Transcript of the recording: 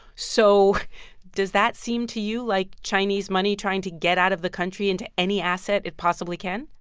so does that seem to you like chinese money trying to get out of the country into any asset it possibly can?